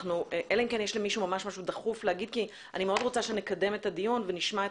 אני מאוד רוצה שנקדם את הדיון ונשמע את